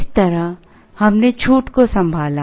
इस तरह हमने छूट को संभाला